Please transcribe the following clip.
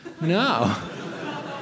No